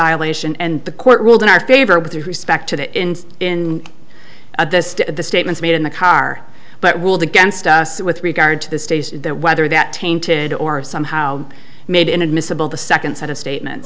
violation and the court ruled in our favor with respect to the ins in the statements made in the car but ruled against it with regard to the state that whether that tainted or somehow made inadmissible the second set of